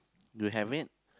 you have it